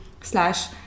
slash